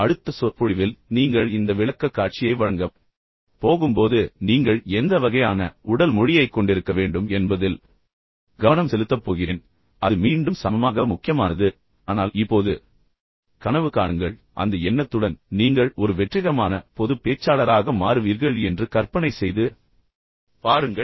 அடுத்த சொற்பொழிவில் நீங்கள் இந்த விளக்கக்காட்சியை வழங்கப் போகும்போது நீங்கள் எந்த வகையான உடல் மொழியைக் கொண்டிருக்க வேண்டும் என்பதில் கவனம் செலுத்தப் போகிறேன் அது மீண்டும் சமமாக முக்கியமானது ஆனால் இப்போது கனவு காணுங்கள் பின்னர் அந்த எண்ணத்துடன் நீங்கள் ஒரு வெற்றிகரமான பொது பேச்சாளராக மாறுவீர்கள் என்று கற்பனை செய்து பாருங்கள்